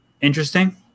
interesting